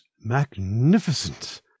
Magnificent